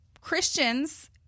Christians